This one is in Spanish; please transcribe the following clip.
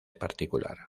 particular